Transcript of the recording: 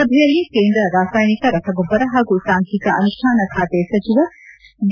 ಸಭೆಯಲ್ಲಿ ಕೇಂದ್ರ ರಾಸಾಯನಿಕ ರಸಗೊಬ್ಲರ ಹಾಗೂ ಸಾಂಖೀಕ ಅನುಷ್ಠಾನ ಖಾತೆ ಸಚಿವ ಡಿ